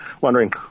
Wondering